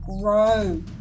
grow